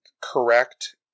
correct